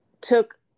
took